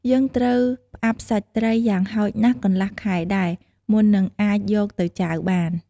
យើងត្រូវផ្អាប់សាច់ត្រីយ៉ាងហោចណាស់កន្លះខែដែរ មុននឹងអាចយកទៅចាវបាន។